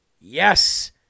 Yes